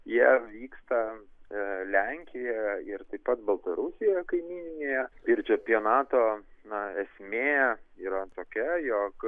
jie vyksta lenkijoje ir taip pat baltarusijoje kaimyninėje ir čempionato na esmė yra tokia jog